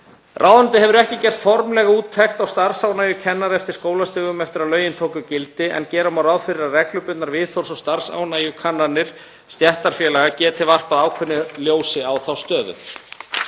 Ráðuneytið hefur ekki gert formlega úttekt á starfsánægju kennara eftir skólastigum eftir að lögin tóku gildi en gera má ráð fyrir að reglubundnar viðhorfs- og starfsánægjukannanir stéttarfélaga geti varpað ákveðnu ljósi á þá stöðu.